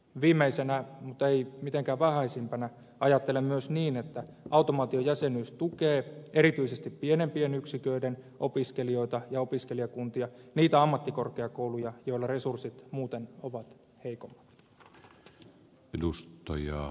viimeisenä mutta ei mitenkään vähäisimpänä ajattelen myös niin että automaatiojäsenyys tukee erityisesti pienempien yksiköiden opiskelijoita ja opiskelijakuntia niitä ammattikorkeakouluja joilla resurssit muuten ovat heikommat